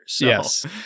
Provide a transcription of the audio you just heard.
Yes